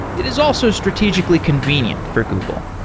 it is also strategically convenient for google.